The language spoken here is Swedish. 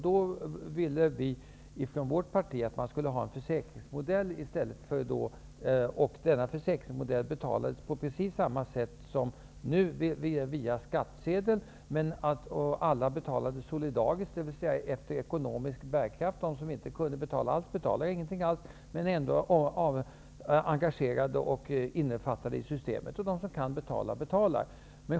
Då ville vi från vårt parti att man skulle ha en försäkringsmodell i stället. Denna försäkringsmodell skulle betalas på precis samma sätt som nu via skattsedeln, men alla skulle betala solidariskt, dvs. efter ekonomisk bärkraft. De som inte kan betala alls, betalar inget alls, men är ändå innefattade i systemet. Och de som kan betala betalar.